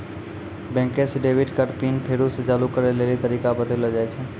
बैंके से debit card PIN फेरु से चालू करै लेली तरीका बतैलो जाय छै